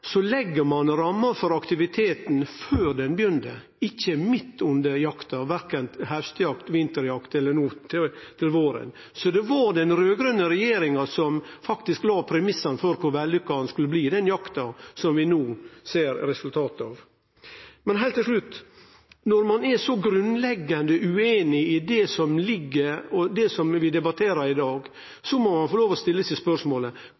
Så det var den raud-grøne regjeringa som faktisk la premissane for kor vellykka den jakta som vi no ser resultatet av, skulle bli. Heilt til slutt: Når ein er så grunnleggjande ueinig i det som vi debatterer i dag, må ein få lov til å stille seg spørsmålet: